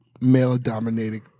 male-dominated